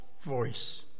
voice